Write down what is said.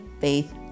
Faith